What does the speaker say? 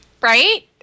right